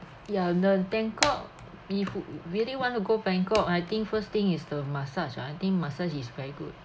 ya the bangkok if really want to go bangkok I think first thing is the massage ah I think massage is very good